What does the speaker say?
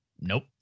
Nope